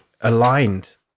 aligned